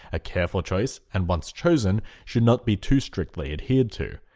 a careful choice and once chosen should not be too strictly adhered to.